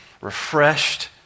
refreshed